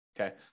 Okay